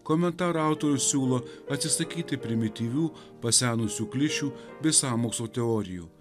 komentaro autorius siūlo atsisakyti primityvių pasenusių klišių bei sąmokslo teorijų